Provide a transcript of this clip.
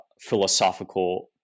philosophical